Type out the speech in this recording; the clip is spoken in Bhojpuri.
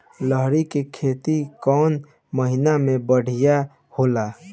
लहरी के खेती कौन महीना में बढ़िया होला?